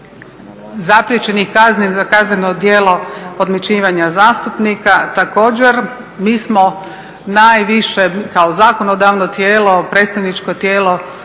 zapriječenih kazni za kazneno djelo podmićivanja zastupnika, također mi smo najviše kao zakonodavno tijelo predstavničko tijelo